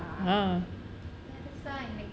hmm